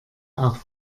auch